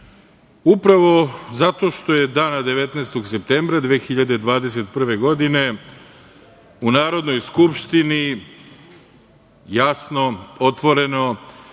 upravo zato što je dana 19. septembra 2021. godine u Narodnoj skupštini jasno, otvoreno